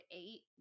eight